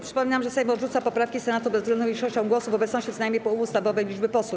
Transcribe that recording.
Przypominam, że Sejm odrzuca poprawki Senatu bezwzględną większością głosów w obecności co najmniej połowy ustawowej liczby posłów.